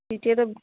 তেতিয়াটো